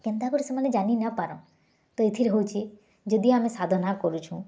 କେନ୍ତା କରି ସେମାନେ ଜାନି ନାପାରନ୍ ତ ଏଥିର୍ ହୋଉଛି ଯଦି ଆମେ ସାଧନା କରୁଚୁଁ